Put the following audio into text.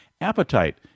Appetite